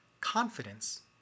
Confidence